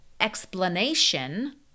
explanation